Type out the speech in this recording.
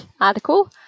article